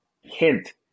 hint